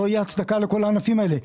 לא תהיה הצדקה לכל הענפים האלה,